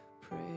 Pray